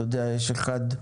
אתה יודע, יש אחד,